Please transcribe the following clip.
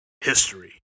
history